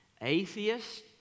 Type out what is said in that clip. Atheists